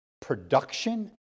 production